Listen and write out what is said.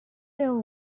till